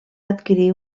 adquirir